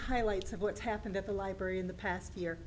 highlights of what's happened at the library in the past year